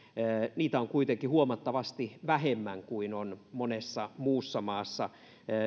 niitä on kuitenkin huomattavasti vähemmän kuin on monessa muussa maassa